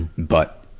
but,